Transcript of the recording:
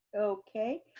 okay,